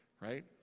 right